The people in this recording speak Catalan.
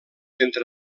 entre